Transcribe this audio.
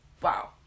wow